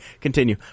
continue